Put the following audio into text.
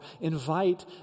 invite